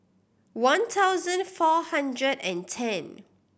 one thousand four hundred and ten